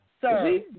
Sir